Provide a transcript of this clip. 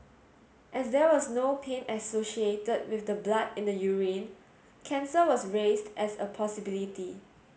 as there was no pain associated with the blood in the urine cancer was raised as a possibility